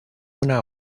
una